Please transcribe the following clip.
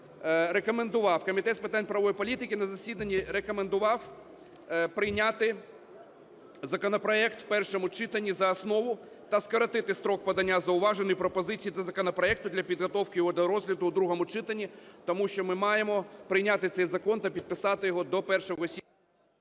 рекомендував, Комітет з питань правової політики на засіданні рекомендував прийняти законопроект у першому читанні за основу та скоротити строк подання зауважень і пропозицій до законопроекту для підготовки його до розгляду у другому читанні. Тому що ми маємо прийняти цей закон та підписати його до 1